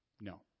No